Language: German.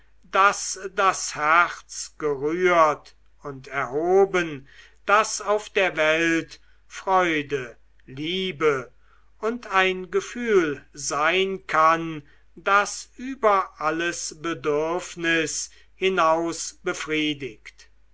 daß das herz gerührt und erhoben daß auf der welt freude liebe und ein gefühl sein kann das über alles bedürfnis hinaus befriedigt